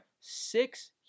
six